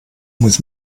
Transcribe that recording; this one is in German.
muss